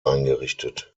eingerichtet